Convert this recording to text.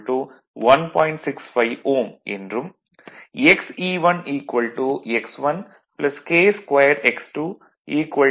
65 Ω என்றும் Xe1 X1 K2X2 6 20